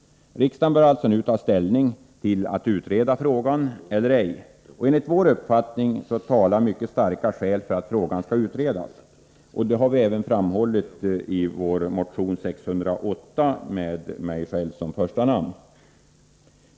Riksdagen bör alltså nu ta ställning till om man skall utreda frågan eller ej. Enligt vår uppfattning talar mycket starka skäl för att frågan utreds. Det har vi även framhållit i vår motion nr 608 med mig själv som första namn.